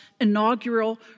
inaugural